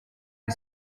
iri